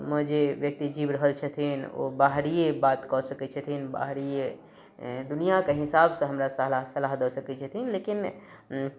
मे जे व्यक्ति जीब रहल छथिन ओ बाहरिये बात कऽ सकैत छथिन बाहरिये दुनिआके हिसाबसँ हमरा सलाह दऽ सकैत छथिन लेकिन